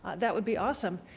that would be awesome.